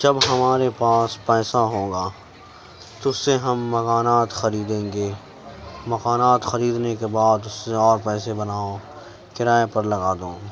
جب ہمارے پاس پیسہ ہوگا تو اس سے ہم مکانات خریدیں گے مکانات خریدنے کے بعد اس سے اور پیسے بناؤ کرایہ پر لگا دو